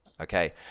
Okay